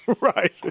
Right